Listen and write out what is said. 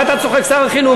מה אתה צוחק, שר החינוך?